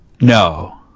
No